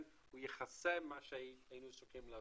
הוא יכסה את מה שהיינו צריכים להעביר,